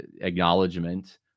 acknowledgement